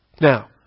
Now